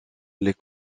les